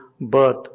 birth